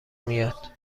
میاد